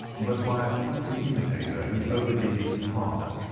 but by a clumsy imitator who overdid his part.